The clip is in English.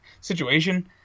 situation